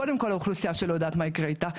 קודם כל האוכלוסייה שלא יודעת מה יקרה איתה,